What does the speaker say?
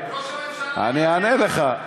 ראש הממשלה, נגד, אני אענה לך.